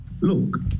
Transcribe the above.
Look